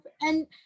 and-